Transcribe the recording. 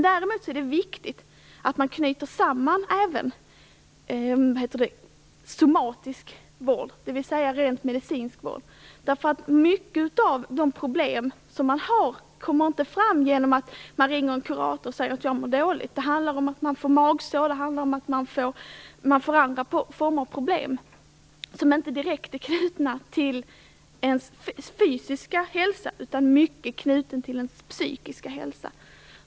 Däremot är det viktigt att man knyter an till somatisk vård, dvs. rent medicinsk vård. En hel del av de problem man har kommer inte fram genom att man ringer en kurator och säger att man mår dåligt. Det kan handla om magsår eller andra typer av problem som inte är direkt knutna till ens fysiska hälsa utan mer till ens psykiska hälsa.